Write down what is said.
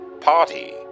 party